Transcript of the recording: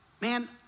man